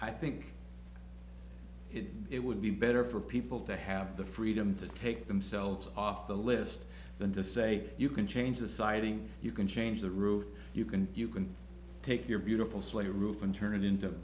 i think it would be better for people to have the freedom to take themselves off the list than to say you can change the siding you can change the route you can you can take your beautiful swan roof and turn it into